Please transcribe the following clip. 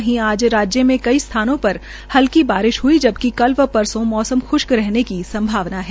वही आज राज्य में कई स्थानों पर हल्की बारिश ह्ई जबकि कल व परसो मौसम खुश्क रहने की संभावना है